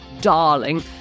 darling